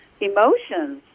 emotions